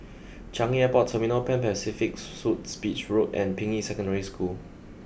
Changi Airport Terminal Pan Pacific Suites Beach Road and Ping Yi Secondary School